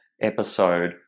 episode